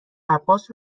عباس